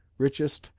richest,